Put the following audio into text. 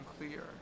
unclear